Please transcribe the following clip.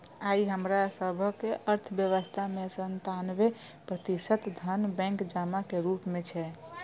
आइ हमरा सभक अर्थव्यवस्था मे सत्तानबे प्रतिशत धन बैंक जमा के रूप मे छै